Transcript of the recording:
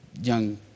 young